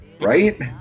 Right